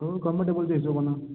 हो कम्फर्टेबलच्या हिशोबानं